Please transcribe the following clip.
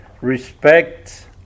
respect